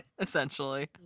Essentially